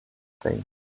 thing